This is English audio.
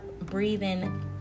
breathing